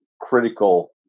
critical